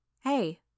Hey